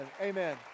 amen